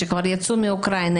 שכבר יצאו מאוקראינה,